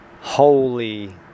holy